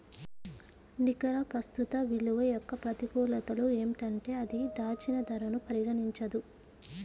నికర ప్రస్తుత విలువ యొక్క ప్రతికూలతలు ఏంటంటే అది దాచిన ధరను పరిగణించదు